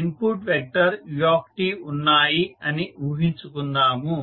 input vector ut ఉన్నాయి అని ఊహించుకుందాము